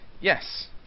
Yes